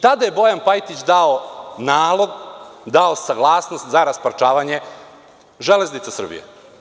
Tada je Bojan Pajtić dao nalog, dao saglasnost za rasparčavanje „Železnica Srbije“